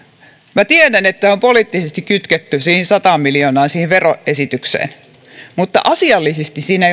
minä tiedän että tämä on poliittisesti kytketty siihen sataan miljoonaan siihen veroesitykseen mutta asiallisesti siinä